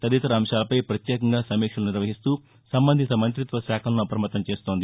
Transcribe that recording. తదితర అంశాలపై పత్యేకంగా సమీక్షలు నిర్వహిస్తూ సంబందిత మంత్రిత్వ శాఖలను అపమత్తం చేస్తోంది